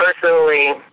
personally